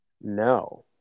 No